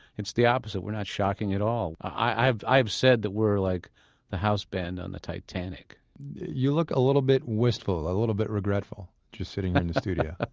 it's the opposite, we're not shocking at all. i've i've said that we're like the house band on the titanic you look a little bit wistful, a little bit regretful, just sitting in the studio